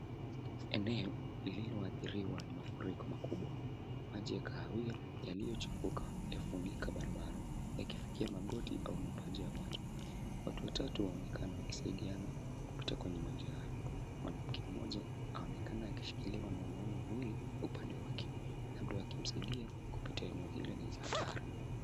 Eneo lililoathiriwa na mafuriko makubwa. Maji ya kahawia yaliyochafuka yafunika barabara yakifikia magoti au mapaja ya watu. Watu watatu waonekana wakisaidiana kupita kwenye maji haya. Mwanamke mmoja aonekana akishikiliwa na wanaume wawili upande wake, labda wakimsaidia kupita eneo hili lenye hatari.